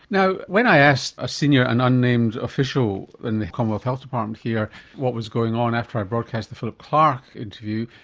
you know when i asked a senior and unnamed official in the commonwealth health department here what was going on after i broadcast the philip clarke interview,